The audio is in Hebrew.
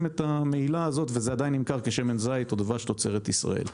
את המהילה הזאת וזה עדיין נמכר כשמן זית או דבש תוצרת ישראל.